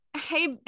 Hey